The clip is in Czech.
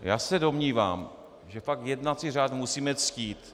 Já se domnívám, že fakt jednací řád musíme ctít.